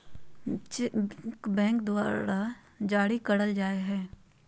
cheque bank द्वारा जारी करल जाय हय